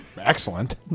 excellent